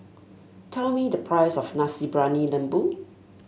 tell me the price of Nasi Briyani Lembu